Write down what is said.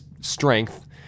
strength